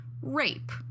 rape